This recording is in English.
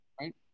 Right